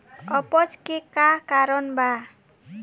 अपच के का कारण बा?